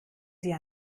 sie